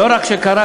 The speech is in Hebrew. לא רק שקרה,